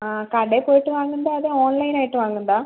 ആ കടയിൽ പോയിട്ട് വാങ്ങുന്നതാണ് അതാണ് ഓൺലൈനായിട്ട് വാങ്ങുന്നതാണ്